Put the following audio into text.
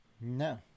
No